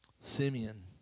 Simeon